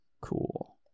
Cool